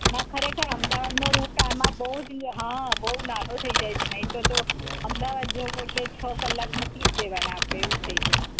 ના ખરેખર અમદાવાદનો રુટ આમાં રુટ હા બઉ જ નાનો થઈ જાય છે નહીતર તો અમદાવાદ જવું એટલે છ કલાક મૂકી દેવાના આપણે એવું થઈ જાય